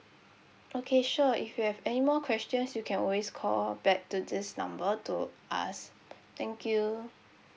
okay sure if you have any more questions you can always call back to this number to ask thank you